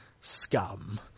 scum